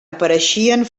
apareixien